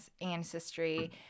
ancestry